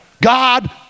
God